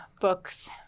books